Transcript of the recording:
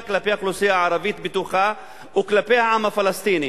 כלפי האוכלוסייה הערבית בתוכה וכלפי העם הפלסטיני.